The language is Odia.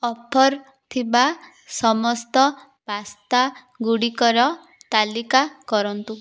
ଅଫର୍ ଥିବା ସମସ୍ତ ପାସ୍ତା ଗୁଡ଼ିକର ତାଲିକା କରନ୍ତୁ